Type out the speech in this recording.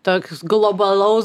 toks globalaus